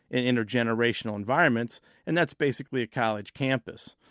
and intergenerational environments and that's basically a college campus.